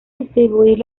distribuir